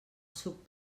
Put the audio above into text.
suc